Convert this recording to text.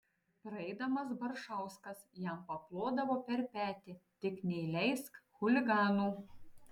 praeidamas baršauskas jam paplodavo per petį tik neįleisk chuliganų